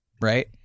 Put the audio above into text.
right